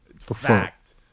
fact